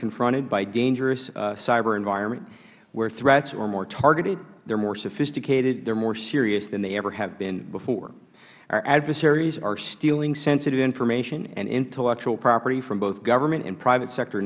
confronted by a dangerous cyber environment where threats are more targeted are more sophisticated and more serious than they have ever been before our adversaries are stealing sensitive information and intellectual property from both government and private sector